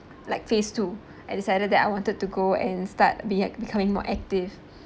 like phase two I decided that I wanted to go and start be ac~ becoming more active